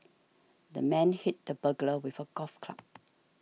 the man hit the burglar with a golf club